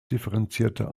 differenzierter